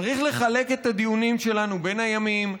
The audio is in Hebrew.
צריך לחלק את הדיונים שלנו בין הימים.